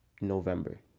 November